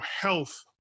health